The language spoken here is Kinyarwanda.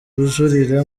bujurire